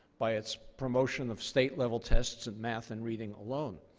by its promotion of state-level tests in math and reading alone.